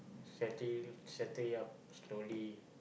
setting setting up slowly